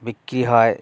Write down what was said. বিক্রি হয়